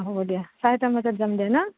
হ'ব দিয়া চাৰেটামান বজাত যাম দিয়া না